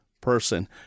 person